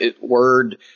word